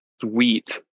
sweet